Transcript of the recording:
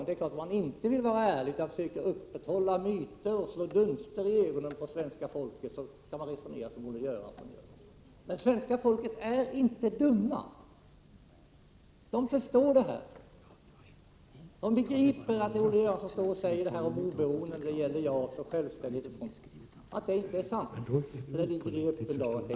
Men om man inte vill vara ärlig utan försöker upprätthålla myter och slå blå dunster i ögonen på svenska folket, kan man resonera som Olle Göransson gör. Men svenska folket är inte dumt. Medborgarna förstår detta. De begriper att det Olle Göransson säger om oberoende och självständighet när det gäller JAS inte är sant. Detta ligger i öppen dager.